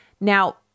Now